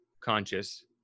conscious